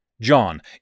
John